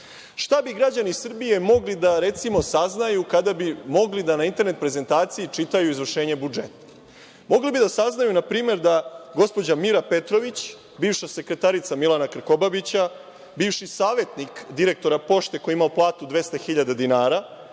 bi građani Srbije mogli da, recimo, saznaju kada bi mogli na internet prezentaciji čitaju izvršenje budžeta? Mogli bi da saznaju npr. da gospođa Mira Petrović, bivša sekretarica Milana Krkobabića, bivši savetnik direktora Pošte, koji je imao platu 200 hiljada dinara,